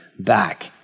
back